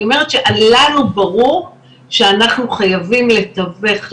אני אומרת שלנו ברור שאנחנו חייבים לתווך,